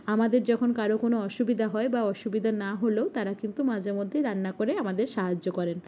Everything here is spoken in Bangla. আমাদের যখন কারও কোনো অসুবিধা হয় বা অসুবিধা না হলেও তারা কিন্তু মাঝে মধ্যেই রান্না করে আমাদের সাহায্য করেন